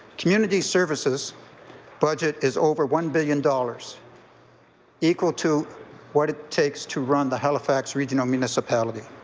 community services budget is over one billion dollars equal to what it takes to run the halifax regional municipality.